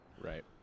Right